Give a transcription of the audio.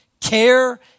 Care